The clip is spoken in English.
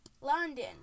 London